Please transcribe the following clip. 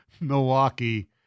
Milwaukee